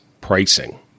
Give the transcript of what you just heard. pricing